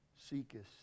seekest